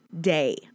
day